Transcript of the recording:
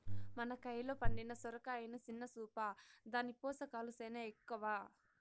మన కయిలో పండిన సొరకాయని సిన్న సూపా, దాని పోసకాలు సేనా ఎక్కవ